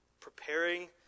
preparing